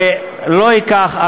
ולא ייקח,